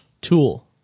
tool